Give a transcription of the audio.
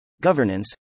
Governance